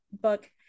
book